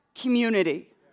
community